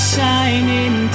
Shining